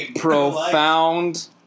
profound